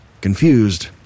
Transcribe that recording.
Confused